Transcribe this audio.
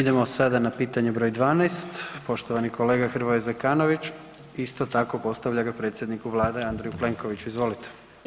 Idemo sada na pitanje br. 12. poštovani kolega Hrvoje Zekanović isto tako postavlja ga predsjedniku vlade Andreju Plenkoviću, izvolite.